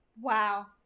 Wow